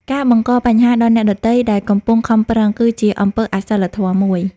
ការបង្កបញ្ហាដល់អ្នកដទៃដែលកំពុងខំប្រឹង គឺជាអំពើអសីលធម៌មួយ។